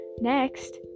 next